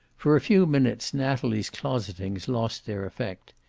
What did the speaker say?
for a few minutes natalie's closetings lost their effect.